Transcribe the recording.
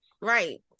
Right